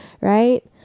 right